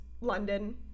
London